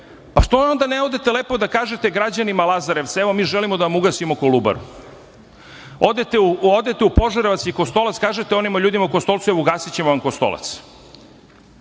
onda ne odete lepo da kažete građanima Lazarevca – evo, mi želimo da vam ugasimo Kolubaru? Odete u Požarevac i Kostolac i kažete onim ljudima u Kostolcu – evo ugasićemo vam Kostolac?